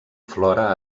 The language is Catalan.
flora